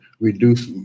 reduce